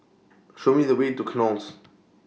Show Me The Way to Knolls